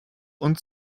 und